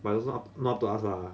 but it's not up to us lah